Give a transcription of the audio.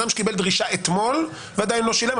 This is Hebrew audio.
זאת אומרת אדם שקיבל דרישה אתמול ועדיין לא שילם,